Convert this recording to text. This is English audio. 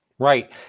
Right